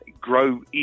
grow